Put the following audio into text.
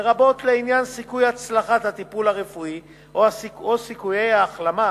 לרבות לעניין סיכוי הצלחת הטיפול הרפואי או סיכויי ההחלמה,